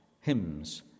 hymns